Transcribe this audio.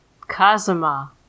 Kazuma